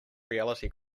reality